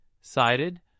cited